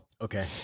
Okay